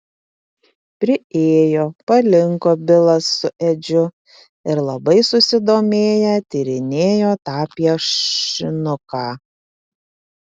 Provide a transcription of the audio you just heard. priėjo palinko bilas su edžiu ir labai susidomėję tyrinėjo tą piešinuką